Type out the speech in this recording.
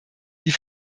die